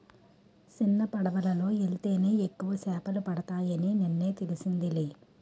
సిన్నపడవలో యెల్తేనే ఎక్కువ సేపలు పడతాయని నిన్నే తెలిసిందిలే